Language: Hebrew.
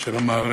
של המערכת.